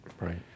Right